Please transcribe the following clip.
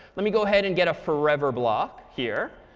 let me go ahead and get a forever block here.